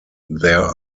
there